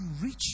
reach